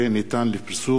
הרווחה והבריאות.